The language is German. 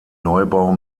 neubau